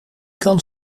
kan